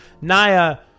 Nia